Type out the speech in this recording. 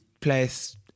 place